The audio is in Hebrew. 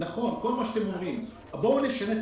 נכון כל מה שאתם אומרים אבל בואו נשנה את